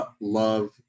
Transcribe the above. love